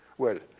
well,